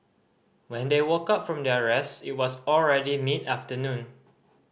when they woke up from their rest it was already mid afternoon